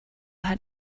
had